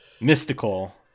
mystical